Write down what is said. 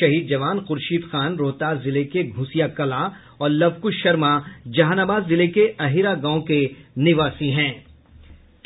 शहीद जवान खुर्शीद खान रोहतास जिले के घुसिया कलां और लवकुश शर्मा जहानाबाद जिले के अहिरा गांव के निवासी हैं